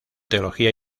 teología